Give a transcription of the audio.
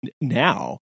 now